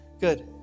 Good